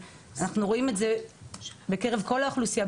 ואנחנו רואים את זה בקרב כל האוכלוסייה,